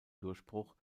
durchbruch